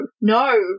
No